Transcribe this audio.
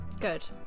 good